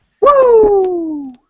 Woo